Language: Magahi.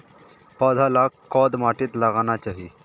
पौधा लाक कोद माटित लगाना चही?